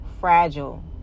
fragile